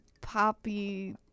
poppy